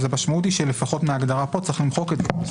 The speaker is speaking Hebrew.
אז המשמעות היא שלפחות מההגדרה פה צריך למחוק את זה.